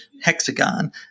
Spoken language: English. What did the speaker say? hexagon